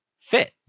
fit